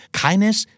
kindness